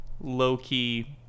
low-key